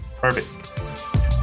perfect